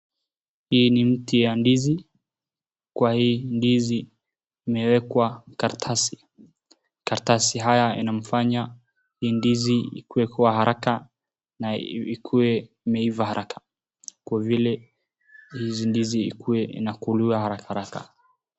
Hii ni mti ya ndizi. Kwa hii ndizi imewekwa karatasi. Karatasi haya inamfanya hii ndizi ikue kwa haraka na ikuwe imeiva haraka kwa vile vile hizi ndizi ikuwe inakuliwa haraka haraka.